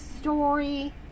story